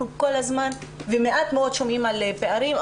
אנחנו מעט מאוד שומעים על פערים,